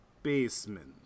basement